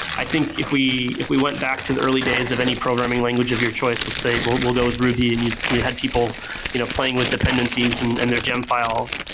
i think if we if we went back to the early days of any programming language of your choice, let's say, but we'll go with ruby and you you had people you know playing with dependencies and and their gem files.